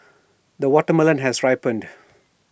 the watermelon has ripened